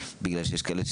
בגלל שיש כאלה,